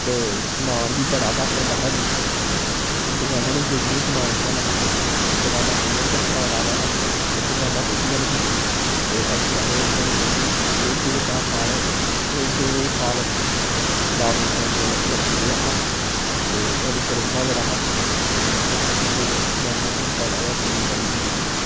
ते समान बी बड़ा घट्ट होंदा हा अंदू दकानां निं खुलदियां समान कि'यां लैना दकानां खुल्लन ते समान आवै न फिर दकानां खुलदी नेईं ही ते अंदू असें इ'यां मतलब कि अदूं दो चार साल दो साल लाकडाउन लग्गी रेहा हा ते अदूं कोरोना बड़ा हा कोरोना च समान फिर समानै दा थुआनूं पता ते एह् कमी बड़ी होंदी ही